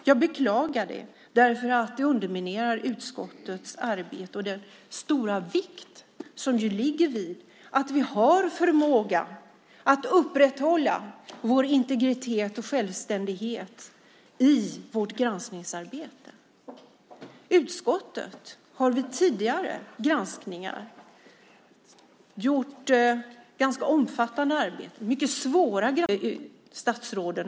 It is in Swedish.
Jag beklagar det, för det underminerar utskottets arbete och den stora vikt som ju ligger i att vi har förmågan att upprätthålla vår integritet och självständighet i vårt granskningsarbete. Utskottet har vid tidigare granskningar gjort ett ganska omfattande arbete. Mycket svåra granskningar har genomförts där utskottet har kunnat komma fram till gemensamma ståndpunkter.